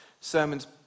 sermons